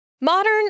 Modern